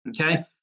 Okay